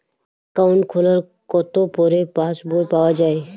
Account খোলার কতো পরে পাস বই পাওয়া য়ায়?